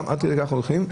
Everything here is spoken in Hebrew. גם עד כדי כך הולכים,